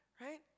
right